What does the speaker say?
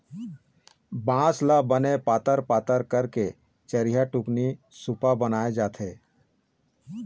बांस ल बने पातर पातर करके चरिहा, टुकनी, सुपा बनाए जाथे